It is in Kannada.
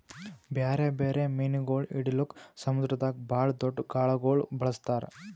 ಬ್ಯಾರೆ ಬ್ಯಾರೆ ಮೀನುಗೊಳ್ ಹಿಡಿಲುಕ್ ಸಮುದ್ರದಾಗ್ ಭಾಳ್ ದೊಡ್ದು ಗಾಳಗೊಳ್ ಬಳಸ್ತಾರ್